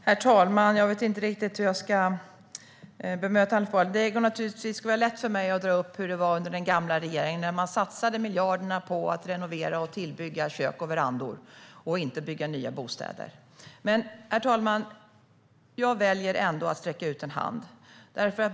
Herr talman! Jag vet inte riktigt hur jag ska bemöta Hanif Bali. Det skulle naturligtvis vara lätt för mig att dra upp hur det var under den gamla regeringen när man satsade miljarderna på att renovera och tillbygga kök och verandor och inte på att bygga nya bostäder. Men, herr talman, jag väljer ändå att sträcka ut en hand.